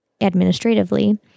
administratively